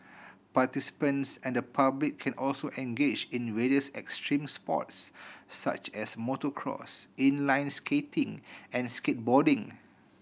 participants and the public can also engage in various extreme sports such as motocross inline skating and skateboarding